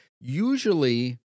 usually